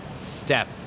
step